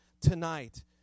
tonight